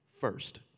first